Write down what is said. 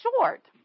short